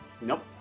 Nope